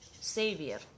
savior